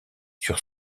sur